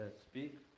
speak